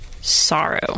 Sorrow